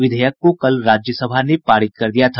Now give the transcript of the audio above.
विधेयक को कल राज्यसभा ने पारित कर दिया था